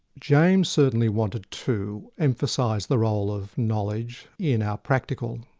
james certainly wanted to emphasise the role of knowledge, in our practical,